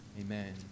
Amen